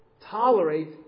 tolerate